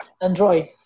Android